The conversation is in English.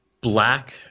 black